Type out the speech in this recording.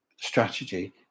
strategy